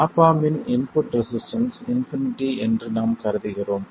app amp in input resistance infinity என்று நாம் கருதுகிறோம்